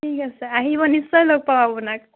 ঠিক আছে আহিব নিশ্চয় লগ পাম আপোনাক